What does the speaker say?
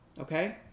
okay